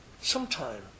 Sometime